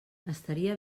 estaria